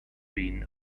been